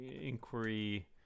inquiry